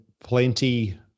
plenty